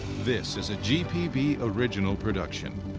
this is a gpb original production.